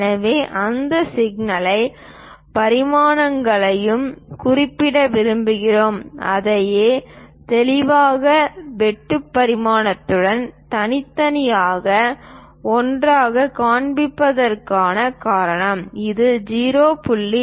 எனவே அந்த சிக்கலான பரிமாணங்களையும் குறிப்பிட விரும்புகிறோம் அதையே தெளிவான வெட்டு பரிமாணத்துடன் தனித்தனி ஒன்றாகக் காண்பிப்பதற்கான காரணம் இது 0